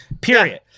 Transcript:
Period